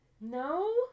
No